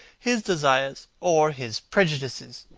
his desires, or his prejudices.